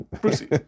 Brucey